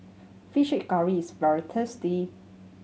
fish curry is very tasty